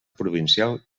provincial